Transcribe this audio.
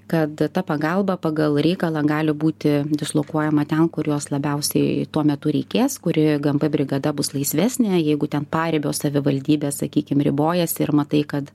kad ta pagalba pagal reikalą gali būti dislokuojama ten kur jos labiausiai tuo metu reikės kur i gmp brigada bus laisvesnė jeigu ten paribio savivaldybė sakykim ribojasi ir matai kad